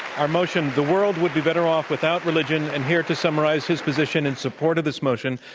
our motion, the world would be better off without religion, and here to summarize his position in support of this motion,